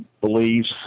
beliefs